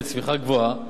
לצמיחה גבוהה.